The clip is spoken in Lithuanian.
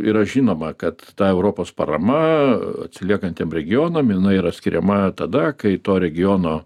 yra žinoma kad ta europos parama atsiliekantiem regionam jinai yra skiriama tada kai to regiono